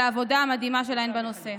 על העבודה המדהימה שלהן בנושא,